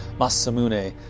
Masamune